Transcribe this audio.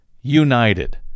United